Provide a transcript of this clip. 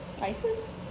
Isis